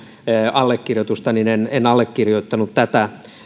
allekirjoitusta en en allekirjoittanut tätä